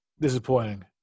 Disappointing